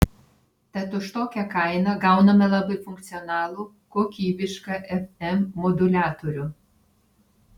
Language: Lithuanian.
tad už tokią kainą gauname labai funkcionalų kokybišką fm moduliatorių